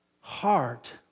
heart